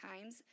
times